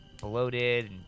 bloated